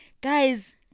guys